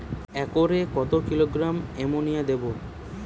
একরে কত kilogram ammonia দেবো?